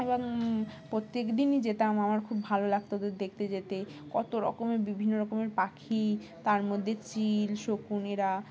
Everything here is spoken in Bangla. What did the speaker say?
এবং প্রত্যেক দিনই যেতাম আমার খুব ভালো লাগতো ওদের দেখতে যেতে কত রকমের বিভিন্ন রকমের পাখি তার মধ্যে চিল শকুনরা